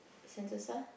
Sentosa